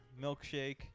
milkshake